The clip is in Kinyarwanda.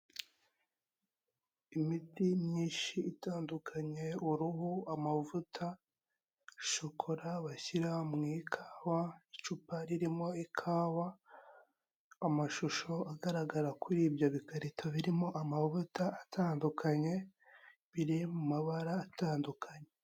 Imiti myinshi itandukanye, uruhu, amavuta, shokora bashyira mu ikawa, icupa ririmo ikawa, amashusho agaragara kuri ibyo bikarito birimo amavuta atandukanye biri mu mabara atandukanye.